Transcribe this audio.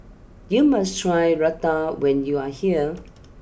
you must try Raita when you are here